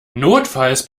notfalls